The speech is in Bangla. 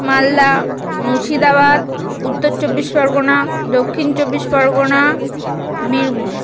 মালদা মুর্শিদাবাদ উত্তর চব্বিশ পরগনা দক্ষিণ চব্বিশ পরগনা বীরভূম